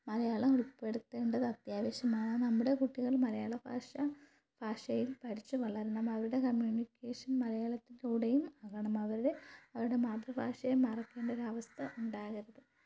മലയാളം ഉൾപ്പെടുത്തേണ്ടത് അത്യാവശ്യമാണ് നമ്മുടെ കുട്ടികൾ മലയാള ഭാഷ ഭാഷയിൽ പഠിച്ചു വളരണം അവരുടെ കമ്മ്യൂണികേഷൻ മലയാളത്തിലൂടെയും ആവണം അവരുടെ മാതൃഭാഷയും മറക്കേണ്ട ഒരു അവസ്ഥ ഉണ്ടാകരുത്